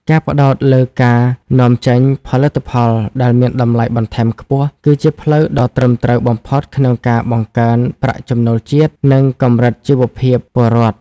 ការផ្ដោតលើការនាំចេញផលិតផលដែលមានតម្លៃបន្ថែមខ្ពស់ គឺជាផ្លូវដ៏ត្រឹមត្រូវបំផុតក្នុងការបង្កើនប្រាក់ចំណូលជាតិ និងកម្រិតជីវភាពពលរដ្ឋ។